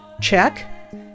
Check